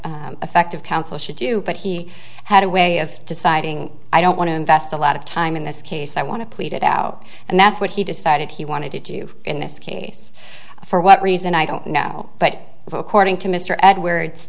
what effective counsel should do but he had a way of deciding i don't want to invest a lot of time in this case i want to plead it out and that's what he decided he wanted to do in this case for what reason i don't know but according to mr ed